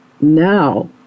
now